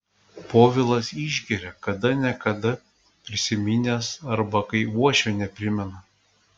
povilas išgeria kada ne kada prisiminęs arba kai uošvienė primena